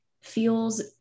feels